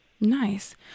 Nice